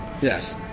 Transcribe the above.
Yes